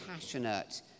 passionate